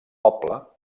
poble